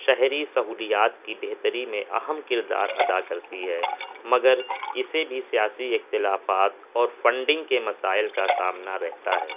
شہری سہولیات کی بہتری میں اہم کردار ادا کرتی ہے مگر اسے بھی سیاسی اختلافات اور فنڈنگ کے مسائل کا سامنا رہتا ہے